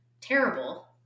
terrible